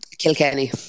Kilkenny